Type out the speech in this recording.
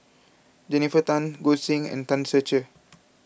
Jennifer Tan Goi Seng and Tan Ser Cher